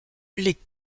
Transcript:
les